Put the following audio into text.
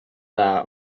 dda